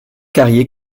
carrier